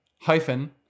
hyphen